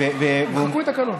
ימחקו את הקלון.